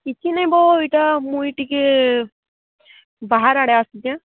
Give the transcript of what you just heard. କିଛି ନାଇଁ ବୋଉ ଏଇଟା ମୁଁ ଏଇ ଟିକିଏ ବାହାର ଆଡ଼େ ଆସିଛି ଆଁ